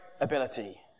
ability